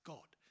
God